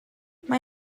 mae